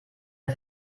der